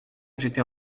j’étais